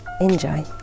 Enjoy